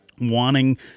wanting